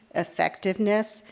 effectiveness,